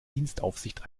dienstaufsicht